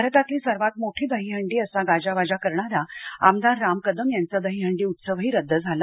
भारतातली सर्वात मोठी दहीहंडी असा गाजावाजा करणारा आमदार राम कदम यांचा दहीहंडी उत्सवही रद्द झाला